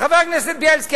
חבר הכנסת בילסקי,